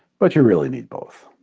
but you really need both.